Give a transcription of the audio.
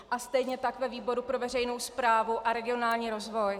A stejně tak ve výboru pro veřejnou správu a regionální rozvoj.